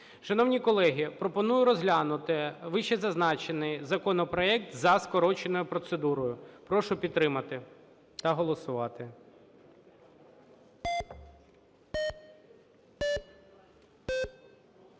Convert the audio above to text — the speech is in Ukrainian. Шановні колеги! Пропоную розглянути вищезазначений законопроект за скороченою процедурою. Прошу підтримати та голосувати.